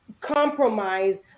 compromise